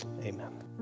amen